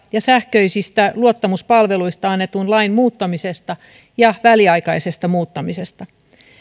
ja sähköisistä luottamuspalveluista annetun lain muuttamisesta ja väliaikaisesta muuttamisesta